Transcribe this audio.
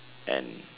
and